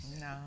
No